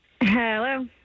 Hello